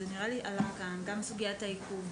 נראה לי שזה עלה כאן גם סוגיית העיכוב,